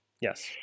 yes